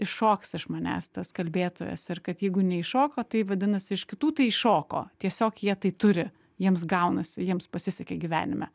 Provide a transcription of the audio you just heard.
iššoks iš manęs tas kalbėtojas ir kad jeigu neiššoko tai vadinasi iš kitų tai iššoko tiesiog jie tai turi jiems gaunasi jiems pasisekė gyvenime